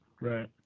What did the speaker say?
Right